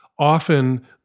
Often